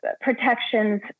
protections